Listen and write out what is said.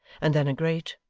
and then a great,